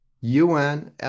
UN